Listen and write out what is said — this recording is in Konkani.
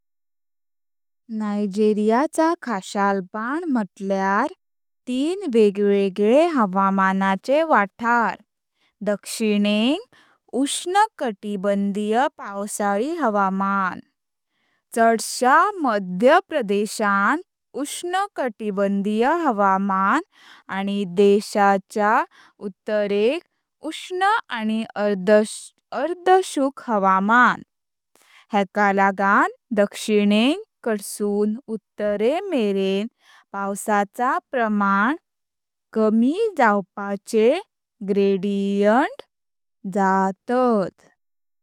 नायजेरिया चा खशालपान म्हुटल्या थीन वेगवेगळे हवामांचे वातवर. दक्षिणेक उष्ण कटिबंधीय पावसाळी हवामान, चडसा मध्यम प्रदेशांत उष्ण कटिबंधीय हवामान आनी देशाचे उत्तरेंक उष्ण आनी अर्दशुक हवामान, हेका लागण दक्षिणेक कडसुन उत्तरें मरेन पावसाचा प्रमाण कमी जावपाचे ग्रेडिएंट जातात।